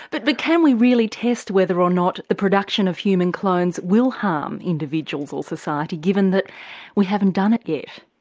but but can we really test whether or not the production of human clones will harm individuals or society given that we haven't done it yet?